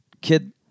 kid